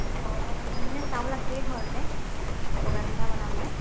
অঁ মোৰ মানে চাউল আছেই ঘৰতে বগা পিঠা বনাবলৈ